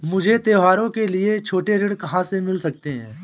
मुझे त्योहारों के लिए छोटे ऋण कहाँ से मिल सकते हैं?